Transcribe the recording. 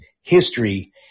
history